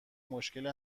مشکل